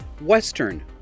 Western